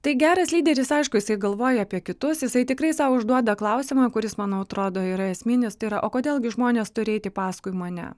tai geras lyderis aišku jisai galvoja apie kitus jisai tikrai sau užduoda klausimą kuris manau atrodo yra esminis tai yra o kodėl gi žmonės turi eiti paskui mane